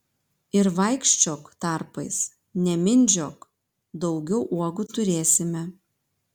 ir vaikščiok tarpais nemindžiok daugiau uogų turėsime